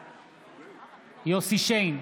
בעד יוסי שיין,